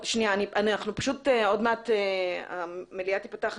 עוד מעט המליאה תיפתח,